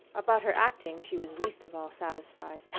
about her acting she was least of all satisfied.